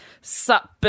sup